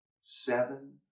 seven